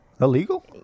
illegal